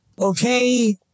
Okay